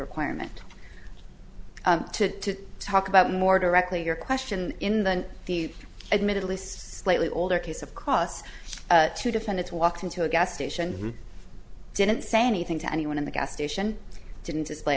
requirement to talk about more directly your question in the the admittedly slightly older case of costs to defend its walk into a gas station didn't say anything to anyone in the gas station didn't display